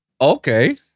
okay